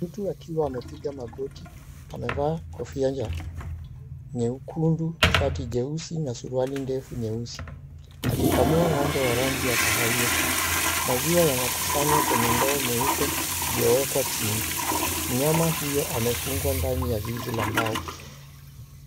Mtu akiwa amepiga magoti amevaa kofia ya nyekundu, shati jeusi na suruali ndefu nyeusi. Akikamua ng'ombe wa rangi ya kahawia. Maziwa yanakusanywa kwenye ndoo nyeupe iliyowekwa chini. Mnyama huyo amefungwa ndani ya zizi la mbao.